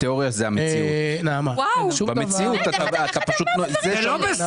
היא הייתה בתקשורת באופן מלא.